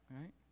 right